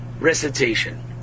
recitation